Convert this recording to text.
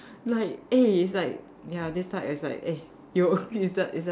like eh it's like ya this type is like eh you it's just it's just